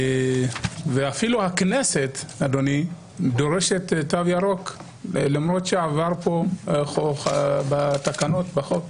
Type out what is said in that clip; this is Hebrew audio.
אפילו הכנסת דורשת תו ירוק למרות שעברו כאן התקנות בחוק.